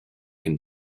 can